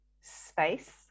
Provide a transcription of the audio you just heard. space